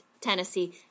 Tennessee